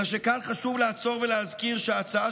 אלא שכאן חשוב לעצור ולהזכיר שההצעה